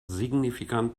signifikant